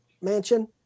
Mansion